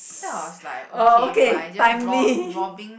then I was like okay fine just ro~ robbing